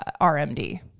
RMD